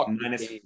minus